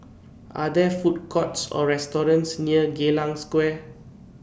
Are There Food Courts Or restaurants near Geylang Square